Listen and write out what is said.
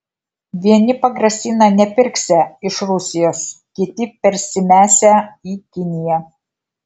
vieni pagrasina nepirksią iš rusijos kiti persimesią į kiniją